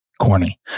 corny